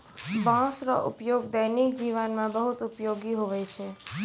बाँस रो उपयोग दैनिक जिवन मे बहुत उपयोगी हुवै छै